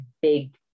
big